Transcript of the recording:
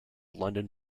london